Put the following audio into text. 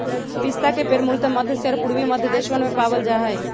पिस्ता के पेड़ मूलतः मध्य एशिया और पूर्वी मध्य देशवन में पावल जा हई